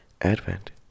Advent